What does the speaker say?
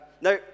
Now